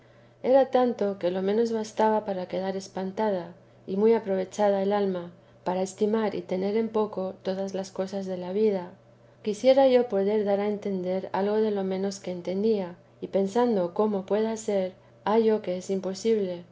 era tanto que lo menos bastaba para quedar espantada y muy aprovechada el alma para estimar y tener en poco todas las cosas de la vida quisiera yo dar a entender algo de lo menos que entendía pensando cómo pueda ser hallo que es imposible